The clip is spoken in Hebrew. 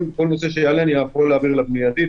כל נושא שיעלה אני יכול להעביר אליו מיידית,